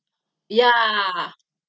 ya